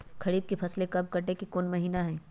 खरीफ के फसल के कटे के कोंन महिना हई?